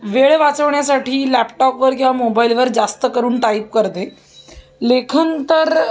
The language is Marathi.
वेळ वाचवण्यासाठी लॅपटॉपवर किंवा मोबाईलवर जास्त करून टाईप करते लेखन तर